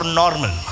normal